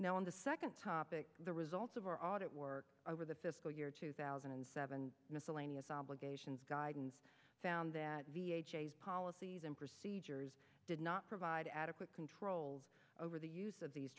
in the second topic the results of our audit work over the fiscal year two thousand and seven miscellaneous obligations guidance found that v a policies and procedures did not provide adequate controls over the use of these